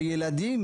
שילדים,